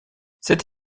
cette